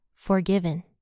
forgiven